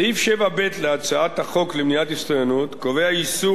סעיף 7ב להצעת החוק למניעת הסתננות קובע איסור